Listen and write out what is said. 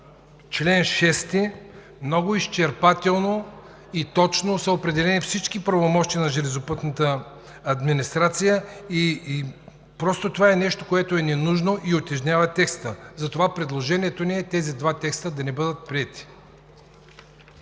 чл. 6 много изчерпателно и точно са определени всички правомощия на железопътната администрация и това е нещо, което е ненужно и утежнява текста. Затова предложението ни е тези два текста да не бъдат приети.